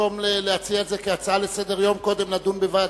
נדמה לי שיש מקום להציע את זה קודם כהצעה לסדר-היום ולדון בוועדה.